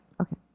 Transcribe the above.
Okay